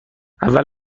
اول